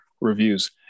reviews